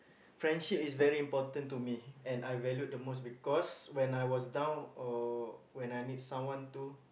friendship is very important to me and I valued the most because when I was down or when I need someone to